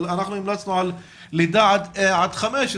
אבל המלצנו על לידה עד חמש,